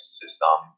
system